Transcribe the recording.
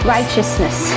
Righteousness